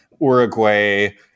Uruguay